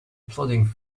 plodding